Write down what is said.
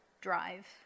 drive